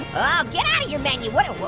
oh, get out of here, menu, what a,